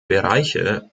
bereiche